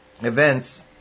events –